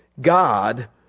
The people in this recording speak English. God